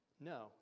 No